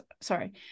sorry